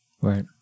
Right